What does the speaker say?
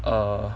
err